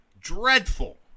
Dreadful